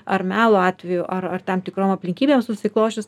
ar melo atveju ar ar tam tikrom aplinkybėm susiklosčius